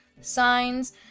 signs